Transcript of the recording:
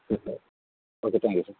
okay sir okay thank you sir